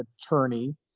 attorney